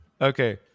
Okay